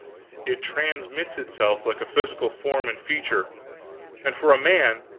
it transmits itself like physical form and feature and for a man,